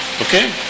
Okay